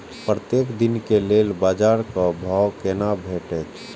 प्रत्येक दिन के लेल बाजार क भाव केना भेटैत?